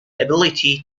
ability